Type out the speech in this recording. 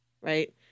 right